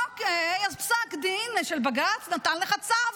אוקיי, אז פסק דין של בג"ץ נתן לך צו.